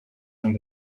and